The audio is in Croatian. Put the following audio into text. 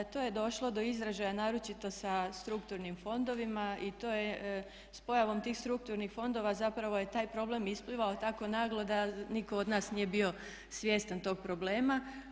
To je došlo do izražaja naročito sa strukturnim fondovima i to je s pojavom tih strukturnih fondova zapravo je taj problem isplivao tako naglo da nitko od nas nije bio svjestan tog problema.